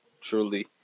truly